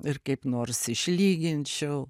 ir kaip nors išlyginčiau